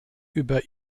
über